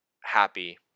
happy